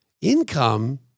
Income